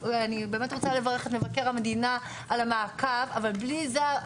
אני באמת רוצה לברך את מבקר המדינה על המעקב אבל בלי זה,